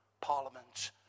Parliament